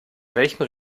welchem